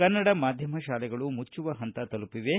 ಕನ್ನಡ ಮಾಧ್ಯಮ ಶಾಲುಗಳು ಮುಚ್ಚುವ ಹಂತ ತಲುಪಿವೆ